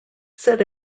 said